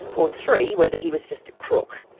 or three, whether he was just crook?